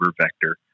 vector